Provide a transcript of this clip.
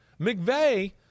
McVeigh